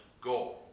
go